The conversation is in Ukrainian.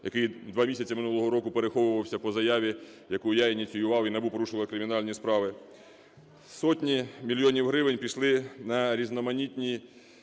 який два місяці минулого року переховувався по заяві, яку я ініціював, і НАБУ порушило кримінальні справи. Сотні мільйонів гривень пішли на різноманітні